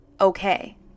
okay